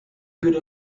good